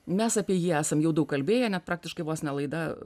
mes apie jį esam jau daug kalbėję net praktiškai vos ne laida